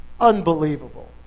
Unbelievable